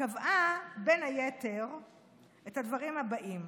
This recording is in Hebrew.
קבעה בין היתר את הדברים הבאים: